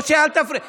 משה, אל תפריע לי.